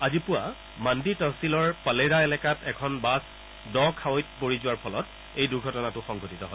আজি পুৱা মাণ্ডি তহচিলৰ পালেৰা এলেকাত এখন বাছ দ খাৱৈত পৰি যোৱাৰ ফলত এই দুৰ্ঘটনাটো সংঘটিত হয়